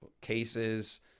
cases